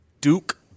Duke